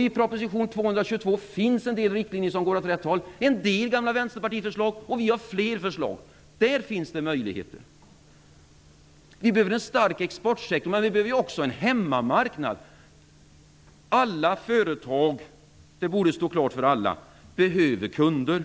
I proposition 222 finns en del riktlinjer som går åt rätt håll. Det finns en del gamla Vänsterpartiförslag, och vi har fler förslag. Där finns det möjligheter. Vi behöver en stark exportsektor. Men vi behöver också en hemmamarknad. Det borde stå klart för alla att alla företag behöver kunder.